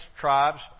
tribes